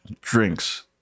drinks